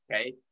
Okay